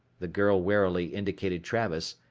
the girl warily indicated travis,